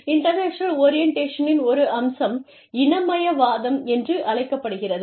international ஓரியன்டேஷனின் ஒரு அம்சம் இனமயவாதம் என்று அழைக்கப்படுகிறது